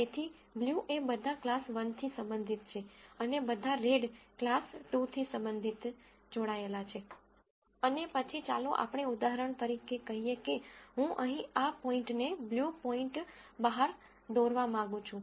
તેથી બ્લુ એ બધા ક્લાસ 1 થી સંબંધિત છે અને બધા રેડ ક્લાસ 2 થી સંબધિત જોડાયેલા છે અને પછી ચાલો આપણે ઉદાહરણ તરીકે કહીએ કે હું અહીં આ પોઈન્ટને બ્લુ પોઈન્ટ બહાર દોરવા માંગું છું